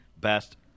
best